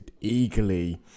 eagerly